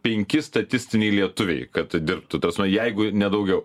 penki statistiniai lietuviai kad dirbtų ta prasme jeigu ne daugiau